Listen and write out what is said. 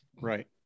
Right